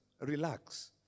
relax